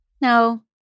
No